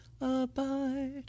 abide